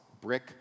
brick